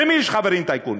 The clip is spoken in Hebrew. למי יש חברים טייקונים?